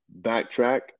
backtrack